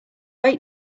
wait